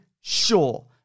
sure